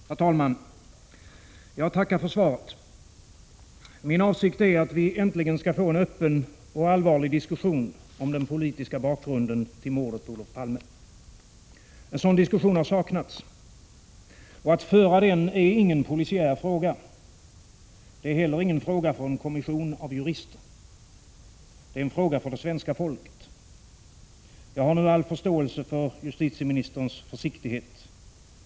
Herr talman! Jag tackar för svaret. Min avsikt är att vi äntligen skall få en öppen och allvarlig diskussion om den politiska bakgrunden till mordet på Olof Palme. En sådan har saknats. Och att föra den är ingen polisiär fråga. Det är heller ingen fråga för en kommission av jurister. Det är en fråga för det svenska folket. Jag har all förståelse för justitieministerns försiktighet.